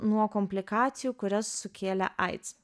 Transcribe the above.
nuo komplikacijų kurias sukėlė aids